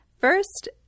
First